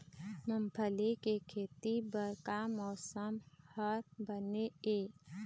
मूंगफली के खेती बर का मौसम हर बने ये?